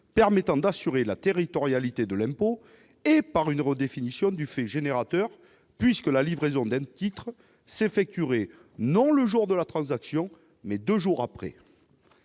permettant d'assurer la territorialité de l'impôt et par une redéfinition du fait générateur, la livraison d'un titre s'effectuant non le jour de la transaction, mais deux jours plus